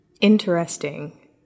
Interesting